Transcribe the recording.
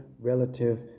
relative